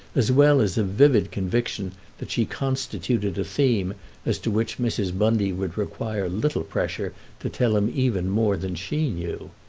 as well as a vivid conviction that she constituted a theme as to which mrs. bundy would require little pressure to tell him even more than she knew.